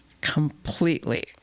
completely